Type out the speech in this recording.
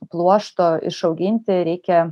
pluošto išauginti reikia